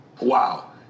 Wow